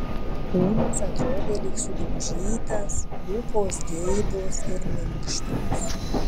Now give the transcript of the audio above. kūnas atrodė lyg sudaužytas lūpos geibios ir minkštos